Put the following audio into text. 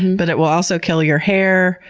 but it will also kill your hair,